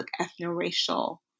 ethno-racial